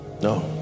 no